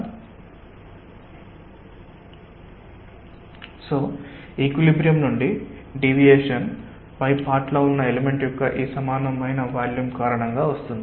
కాబట్టిఈక్విలిబ్రియమ్ నుండి డీవియేషన్ పై పార్ట్ లో ఉన్న ఎలెమెంట్ యొక్క ఈ సమానమైన వాల్యూమ్ కారణంగా వస్తుంది